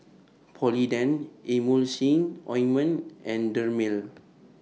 Polident Emulsying Ointment and Dermale